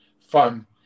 fun